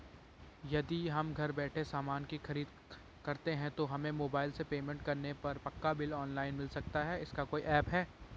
यदि हम घर बैठे सामान की खरीद करते हैं तो हमें मोबाइल से पेमेंट करने पर पक्का बिल ऑनलाइन मिल सकता है इसका कोई ऐप है